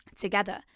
Together